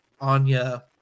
Anya